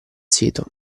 sito